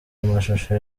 amashusho